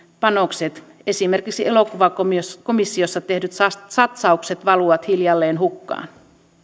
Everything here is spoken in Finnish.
panokset esimerkiksi elokuvakomissiossa tehdyt satsaukset valuvat hiljalleen hukkaan